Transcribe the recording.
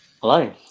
Hello